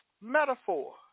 metaphor